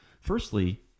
Firstly